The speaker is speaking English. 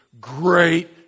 great